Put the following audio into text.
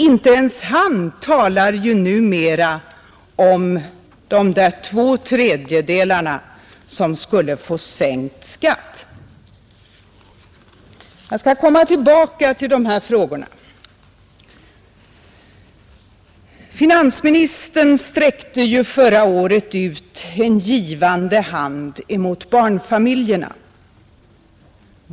Inte ens han talar ju nu om de två tredjedelar som skulle få sänkt skatt. Jag skall komma tillbaka till dessa frågor. Finansministern sträckte förra året ut en givande hand mot barnfamiljema.